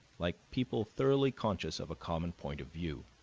like people thoroughly conscious of a common point of view,